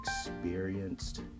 experienced